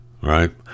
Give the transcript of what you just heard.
right